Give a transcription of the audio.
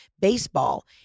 Baseball